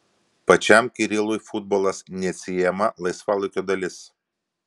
pačiam kirilui futbolas neatsiejama laisvalaikio dalis